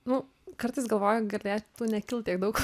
nu kartais galvoji galėtų nekilti tiek daug